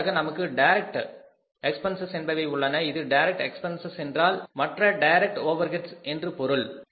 அடுத்ததாக நமக்கு direct expenses என்பவை உள்ளன இது டைரக்ட் எக்பென்சஸ் என்றால் மற்ற டைரக்ட் ஓவெர்ஹெட்ஸ் Direct overheads என்று பொருள்